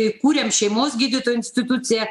įkūrėm šeimos gydytojų instituciją